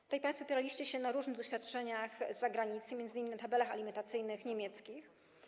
Tutaj państwo opieraliście się na różnych doświadczeniach z zagranicy, m.in. na tabelach alimentacyjnych niemieckich.